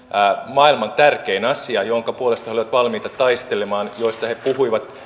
maailman tärkein asia jonka puolesta he olivat valmiita taistelemaan josta he puhuivat